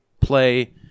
play